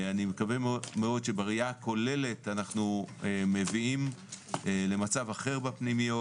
אני מקווה מאוד שבראייה הכוללת אנחנו מביאים למצב אחר בפנימיות.